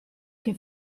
che